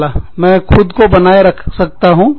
मैं खुद को बनाए रख सकता हूं